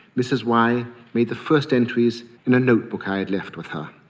mrs y made the first entries in a notebook i had left with her,